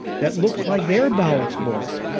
that looks like their bowel flora,